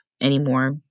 anymore